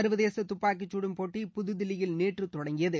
சர்வதேச துப்பாக்கிச்சுடும் போட்டி புதுதில்லியில் நேற்று தொடங்கியது